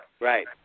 Right